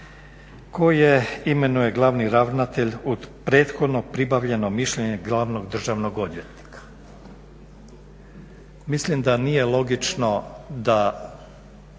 koje imenuje glavni ravnatelj po prethodno pribavljenom mišljenju glavnog državnog odvjetnika. Mislim da nije logično da